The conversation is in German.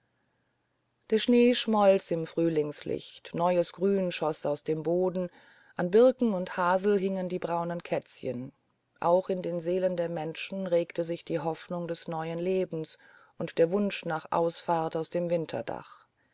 der schnee schmolz im frühlingslicht neues grün schoß aus dem boden an birken und haseln hingen die braunen kätzchen auch in den seelen der menschen regte sich die hoffnung des neuen lebens und der wunsch nach ausfahrt aus dem winterdach